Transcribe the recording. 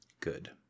Good